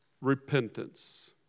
repentance